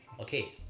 okay